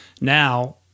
now